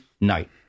night